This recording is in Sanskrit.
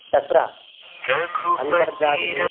तत्र अन्तर्जालीय